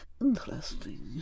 Interesting